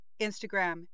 Instagram